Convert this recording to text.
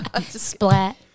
splat